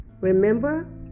Remember